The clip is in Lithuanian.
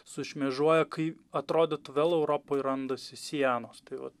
sušmėžuoja kai atrodytų vėl europoj randasi sienos tai vat